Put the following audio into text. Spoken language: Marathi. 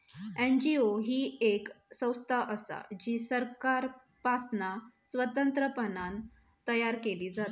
एन.जी.ओ ही येक संस्था असा जी सरकारपासना स्वतंत्रपणान तयार केली जाता